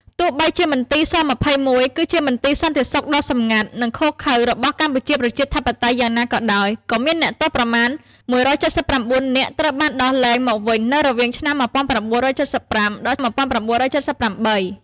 ទោះបីជាមន្ទីរ ស-២១ គឺជាមន្ទីរសន្តិសុខដ៏សម្ងាត់ និងឃោរឃៅ របស់កម្ពុជាប្រជាធិបតេយ្យ យ៉ាងណាក៏ដោយ ក៏មានអ្នកទោសប្រមាណ១៧៩ នាក់ត្រូវបានដោះលែងមកវិញនៅរវាងឆ្នាំ១៩៧៥ដល់១៩៧៨។